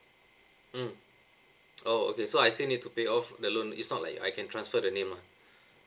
mm oh okay so I still need to pay off the loan it's not like I can transfer the name lah